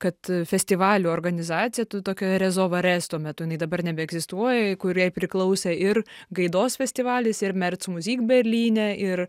kad festivalių organizacija tu tokia rezovaresto metu jinai dabar nebeegzistuoja kur jai priklausė ir gaidos festivalis ir merc muzik berlyne ir